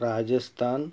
Rajasthan